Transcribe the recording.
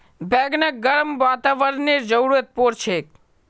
बैगनक गर्म वातावरनेर जरुरत पोर छेक